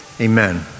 amen